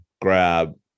grab